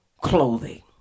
Clothing